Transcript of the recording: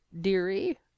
Deary